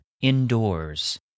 indoors